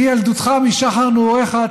מילדותך, משחר נעוריך,